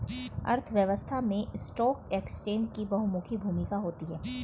अर्थव्यवस्था में stock exchange की बहुमुखी भूमिका होती है